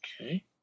Okay